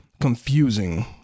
confusing